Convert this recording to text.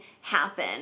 happen